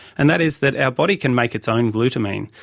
and that is that our body can make its own glutamine.